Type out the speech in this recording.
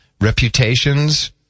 reputations